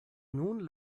nun